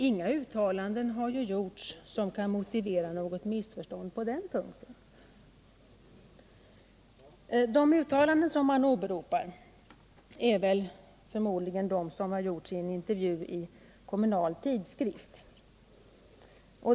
Inga uttalanden har gjorts som kan motivera missförstånd på den punkten. De uttalanden som åberopas är förmodligen de som har gjorts i en intervju i Kommunal Tidskrift.